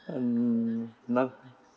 mm